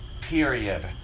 Period